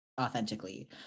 authentically